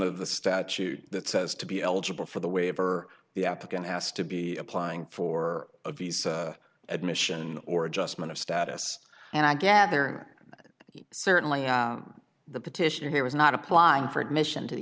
of the statute that says to be eligible for the waiver the applicant has to be applying for a visa admission or adjustment of status and i gather he certainly the petitioner here was not applying for admission to the